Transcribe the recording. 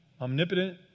Omnipotent